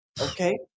Okay